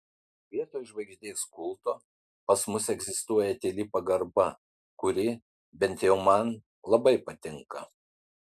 vietoj žvaigždės kulto pas mus egzistuoja tyli pagarba kuri bent jau man labai patinka